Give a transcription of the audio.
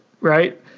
Right